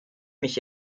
mich